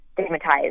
stigmatized